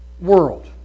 world